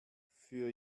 für